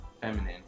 feminine